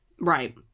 right